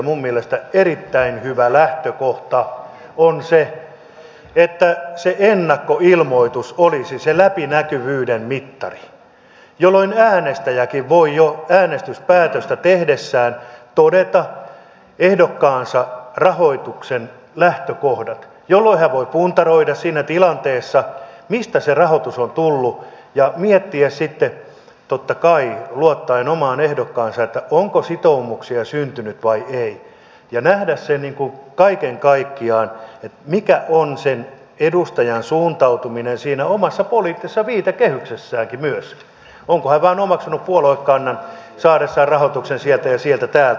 minun mielestäni erittäin hyvä lähtökohta on se että se ennakkoilmoitus olisi se läpinäkyvyyden mittari jolloin äänestäjäkin voi jo äänestyspäätöstä tehdessään todeta ehdokkaansa rahoituksen lähtökohdat jolloin hän voi puntaroida siinä tilanteessa mistä se rahoitus on tullut ja miettiä sitten totta kai luottaen omaan ehdokkaaseensa onko sitoumuksia syntynyt vai ei ja nähdä kaiken kaikkiaan sen mikä on sen edustajan suuntautuminen siinä omassa poliittisessa viitekehyksessä myöskin onko hän vain omaksunut puoluekannan saadessaan rahoituksen sieltä ja sieltä täältä